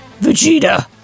Vegeta